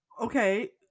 okay